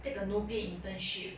take a no pay internship